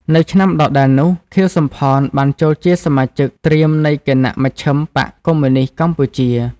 នៅឆ្នាំដដែលនោះ ខៀវ សំផន បានចូលជាសមាជិកត្រៀមនៃគណៈមជ្ឈិមបក្សកុម្មុយនីស្តកម្ពុជា។